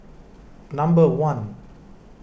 number one